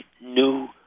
new